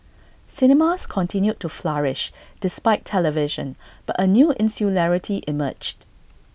cinemas continued to flourish despite television but A new insularity emerged